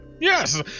Yes